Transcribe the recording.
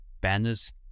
Banners